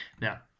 Now